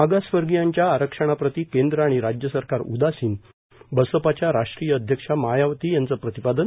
मागासवर्गीयांच्या आरक्षणाप्रती केंद्र आणि राज्य सरकार उदासिन बसपाच्या राष्ट्रीय अध्यक्षा मायावती यांचं प्रतिपादन